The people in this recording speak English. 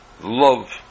Love